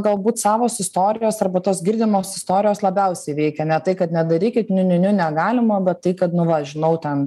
galbūt savos istorijos arba tos girdimos istorijos labiausiai veikia ne tai kad nedarykit niu niu niu negalima bet tai kad nu va žinau ten